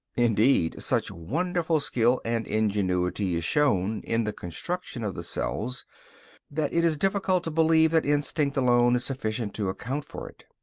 indeed, such wonderful skill and ingenuity is shown in the construction of the cells that it is difficult to believe that instinct alone is sufficient to account for it.